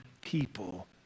people